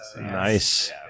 Nice